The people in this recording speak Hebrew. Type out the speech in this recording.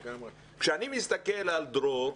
כשאני מסתכל על דרור,